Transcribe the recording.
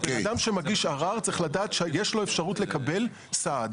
בן אדם שמגיש ערר צריך לדעת שיש לו אפשרות לקבל סעד.